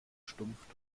stumpf